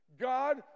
God